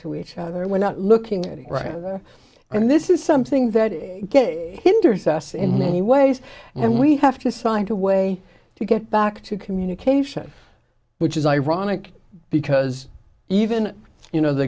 to each other we're not looking at it right and this is something that hinders us in many ways and we have to side to way to get back to communication which is ironic because even you know the